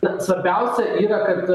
na svarbiausia yra kad